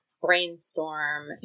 brainstorm